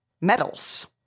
metals